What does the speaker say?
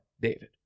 David